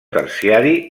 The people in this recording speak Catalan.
terciari